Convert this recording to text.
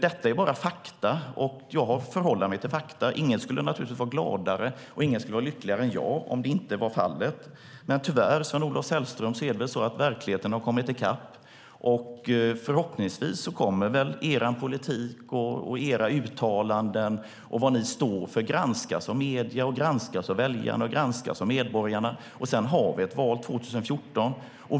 Detta är bara fakta. Jag har att förhålla mig till fakta. Ingen skulle naturligtvis vara gladare och lyckligare än jag om det inte var fallet, men tyvärr, Sven-Olof Sällström, har väl verkligheten kommit i kapp er. Förhoppningsvis kommer väl er politik, era uttalanden och vad ni står för att granskas av medierna, av väljarna och av medborgarna. Sedan har vi ett val 2014.